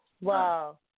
Wow